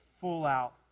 full-out